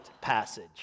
passage